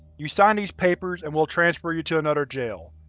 you sign these papers and we'll transfer you to another jail.